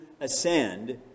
ascend